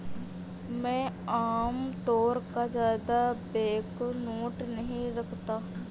मैं आमतौर पर ज्यादा बैंकनोट नहीं रखता